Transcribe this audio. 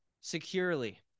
securely